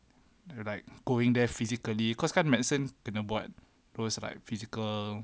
you're like going there physically cause kan medicine kena buat those like physical